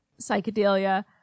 psychedelia